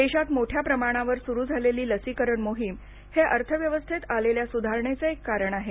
देशात मोठ्या प्रमाणावर सुरू झालेली लसीकरण मोहीम हे अर्थव्यवस्थेत आलेल्या सुधारणेचं एक कारण आहे